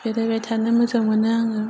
बेरायबाय थानो मोजां मोनो आङो